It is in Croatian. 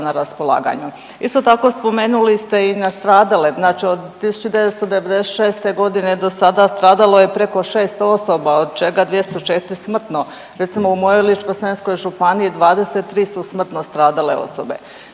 na raspolaganju. Isto tako, spomenuli ste i nastradale, znači od 1996. g. do sada, stradalo je preko 600 osoba od čega 204 smrtno. Recimo, u mojoj Ličko-senjskoj županiji, 23 su smrtno stradale osobe.